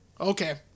Okay